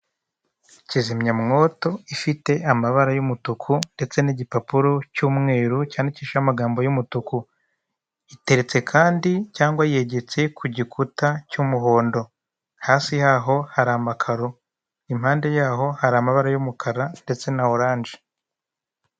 Kizimyamwoto ifite amabara y'umutuku, ndetse n'igipapuro cy'umweru, cyandikishijeho amagambo y'umutuku. Iteretse kandi cyangwa yegetse ku gikuta cy'umuhondo; hasi yaho hari amakaro. Impande yaho, hari amabara y'umukara ndetse na oranje.